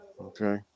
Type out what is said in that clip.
Okay